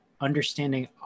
understanding